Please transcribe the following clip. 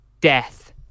death